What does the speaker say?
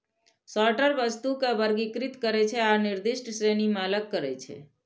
sorter वस्तु कें वर्गीकृत करै छै आ निर्दिष्ट श्रेणी मे अलग करै छै